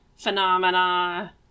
phenomena